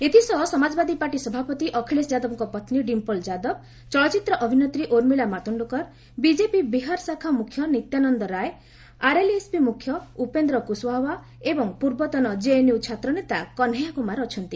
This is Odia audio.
ଏଥିସହ ସମାଜବାଦୀ ପାର୍ଟି ସଭାପତି ଅଖିଳେଶ ଯାଦବଙ୍କ ପତ୍ନୀ ଡିମ୍ପ୍ଲ୍ ଯାଦବ ଚଳଚ୍ଚିତ୍ର ଅଭିନେତ୍ରୀ ଉର୍ମିଲା ମାତୁଣ୍ଡ୍କର ବିକେପି ବିହାର ଶାଖା ମୁଖ୍ୟ ନିତ୍ୟାନନ୍ଦ ରାୟ ଆର୍ଏଲ୍ଏସ୍ପି ମୁଖ୍ୟ ଉପେନ୍ଦ୍ର କୁଶ୍ୱାହା ଏବଂ ପୂର୍ବତନ ଜେଏନ୍ୟୁ ଛାତ୍ରନେତା କହ୍ନେୟା କୁମାର ଅଛନ୍ତି